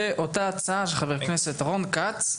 ואותה הצעה של חבר הכנסת רון כץ.